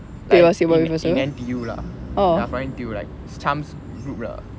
like in in N_T_U lah ya from N_T_U like chan's group lah